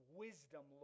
wisdom